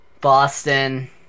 boston